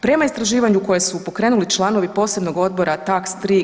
Prema istraživanju koje su pokrenuli članovi Posebnog odbora TAX 3